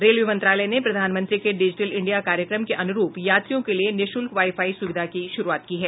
railway मंत्रालय ने प्रधानमंत्री के डिजिटल इंडिया कार्यक्रम के अनुरूप यात्रियों के लिए निःशुल्क वाई फाई सुविधा की शुरूआत की है